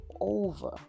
over